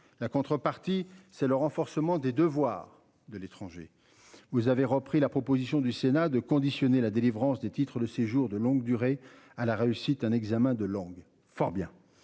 La contrepartie c'est le renforcement des devoirs de l'étranger. Vous avez repris la proposition du Sénat de conditionner la délivrance des titres de séjours de longue durée à la réussite à un examen de langue fort bien